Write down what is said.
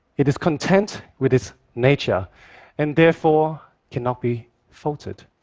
it is content with its nature and therefore cannot be faulted.